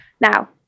Now